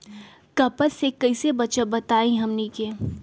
कपस से कईसे बचब बताई हमनी के?